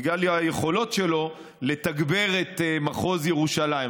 בגלל היכולות שלו, לתגבר את מחוז ירושלים.